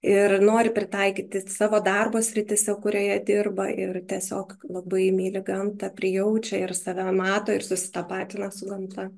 ir nori pritaikyti savo darbo srityse kurioje dirba ir tiesiog labai myli gamtą prijaučia ir save mato ir susitapatina su gamta